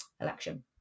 election